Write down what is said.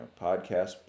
podcast